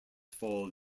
fall